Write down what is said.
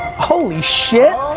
holy shit.